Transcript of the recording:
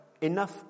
enough